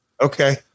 Okay